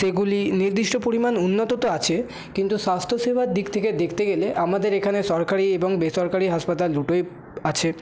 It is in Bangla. সেগুলি নির্দিষ্ট পরিমাণ উন্নত তো আছে কিন্তু স্বাস্থ্যসেবার দিক থেকে দেখতে গেলে আমাদের এখানে সরকারি এবং বেসরকারি হাসপাতাল দুটোই আছে